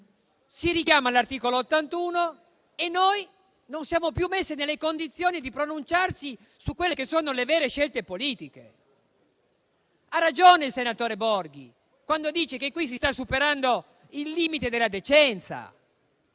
si richiama l'articolo 81 e noi non siamo più nelle condizioni di pronunciarci su quelle che sono le vere scelte politiche. Ha ragione il senatore Enrico Borghi quando dice che qui si sta superando il limite della decenza.